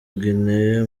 guinée